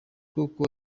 kuko